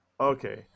Okay